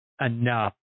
enough